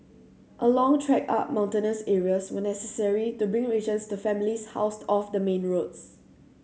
a long trek up mountainous areas were necessary to bring rations to families housed off the main roads